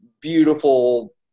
beautiful